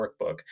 workbook